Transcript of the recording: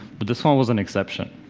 but this one was an exception.